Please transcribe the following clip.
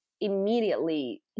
immediately